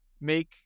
make